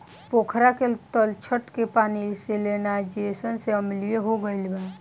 पोखरा के तलछट के पानी सैलिनाइज़ेशन से अम्लीय हो गईल बा